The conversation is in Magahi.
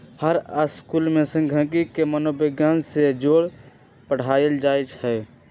हर स्कूल में सांखियिकी के मनोविग्यान से जोड़ पढ़ायल जाई छई